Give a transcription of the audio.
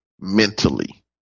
mentally